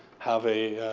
have a